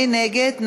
מי נגד?